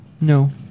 No